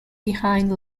behind